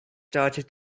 started